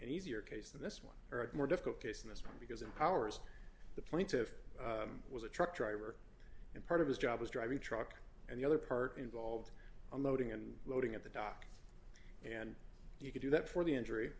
an easier case of this one or more difficult case this point because empowers the plaintiff was a truck driver and part of his job was driving a truck and the other part involved unloading and loading at the dock and you could do that for the injury